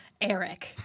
Eric